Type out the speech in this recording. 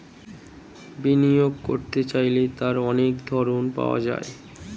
বিনিয়োগ করতে চাইলে তার অনেক ধরন পাওয়া যায়